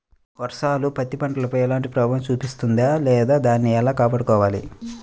వర్షాలు పత్తి పంటపై ఎలాంటి ప్రభావం చూపిస్తుంద లేదా దానిని ఎలా కాపాడుకోవాలి?